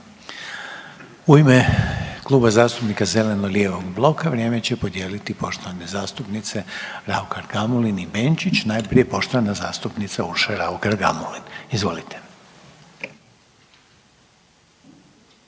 U ime Kluba zastupnika zeleno lijevog bloka vrijeme će podijeliti poštovane zastupnice Raukar Gamulin i Benčić. Najprije poštovana zastupnica Urša Raukar Gamulin. Izvolite.